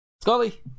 Scully